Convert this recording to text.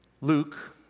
Luke